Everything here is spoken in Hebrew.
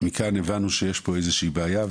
מכאן הבנו שיש פה איזושהי בעיה.